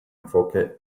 enfoque